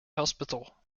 hospital